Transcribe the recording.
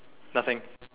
nothing